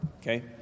okay